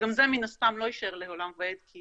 וגם זה מן הסתם לא יישאר לעולם ועד כי